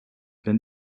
been